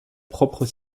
propre